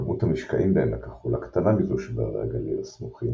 כמות המשקעים בעמק החולה קטנה מזו שבהרי הגליל הסמוכים,